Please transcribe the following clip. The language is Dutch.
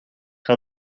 zal